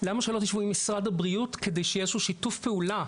למה שלא תשבו עם משרד הבריאות כדי שיהיה איזה שהוא שיתוף פעולה?